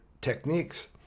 techniques